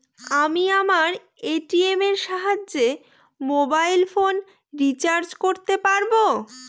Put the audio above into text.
আমি আমার এ.টি.এম এর সাহায্যে মোবাইল ফোন রিচার্জ করতে পারব?